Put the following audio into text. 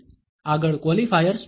આગળ ક્વોલિફાયર સ્મિત છે